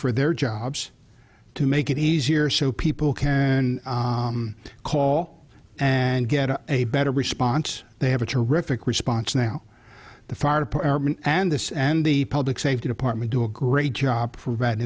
for their jobs to make it easier so people can call and get a better response they have a terrific response now the fire department and this and the public safety department do a great job pr